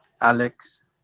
alex